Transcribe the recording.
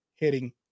heading